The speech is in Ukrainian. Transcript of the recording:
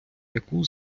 яку